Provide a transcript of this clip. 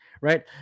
right